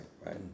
Right